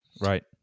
right